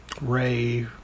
Ray